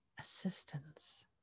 assistance